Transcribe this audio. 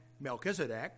Melchizedek